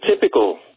typical